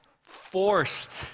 forced